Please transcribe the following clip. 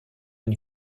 une